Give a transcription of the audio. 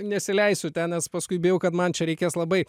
nesileisiu ten nes paskui bijau kad man čia reikės labai